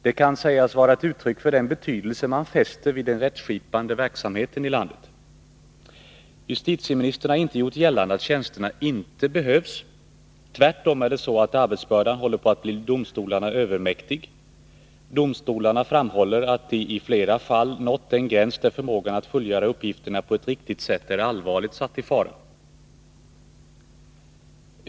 Det kan sägas vara ett uttryck för den betydelse man fäster vid den rättskipande verksamheten i landet. Justitieministern har inte gjort gällande att tjänsterna inte behövs. Tvärtom är det så att arbetsbördan håller på att bli domstolarna övermäktig; domstolarna framhåller att de i flera fall nått den gräns där förmågan att fullgöra uppgifterna på ett riktigt sätt är allvarligt satt i fara.